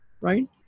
right